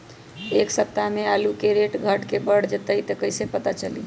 एक सप्ताह मे आलू के रेट घट ये बढ़ जतई त कईसे पता चली?